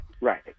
right